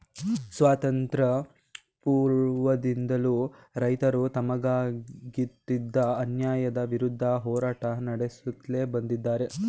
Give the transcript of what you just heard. ಸ್ವಾತಂತ್ರ್ಯ ಪೂರ್ವದಿಂದಲೂ ರೈತರು ತಮಗಾಗುತ್ತಿದ್ದ ಅನ್ಯಾಯದ ವಿರುದ್ಧ ಹೋರಾಟ ನಡೆಸುತ್ಲೇ ಬಂದಿದ್ದಾರೆ